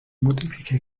modifiche